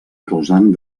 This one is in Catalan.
causant